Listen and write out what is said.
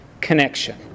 connection